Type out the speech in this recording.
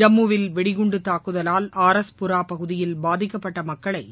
ஜம்முவில் வெடிகுண்டு தாக்குதவால் ஆரஸ்புரா பகுதியில் பாதிக்கப்பட்ட மக்களை